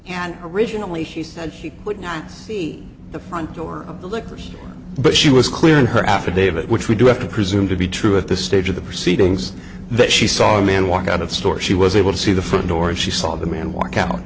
had originally he said he wouldn't be the front door of the liquor here but she was clear in her affidavit which we do have to presume to be true at this stage of the proceedings that she saw a man walk out of the store she was able to see the front door and she saw the man walk out